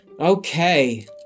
Okay